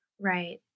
right